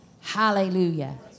Hallelujah